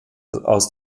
aus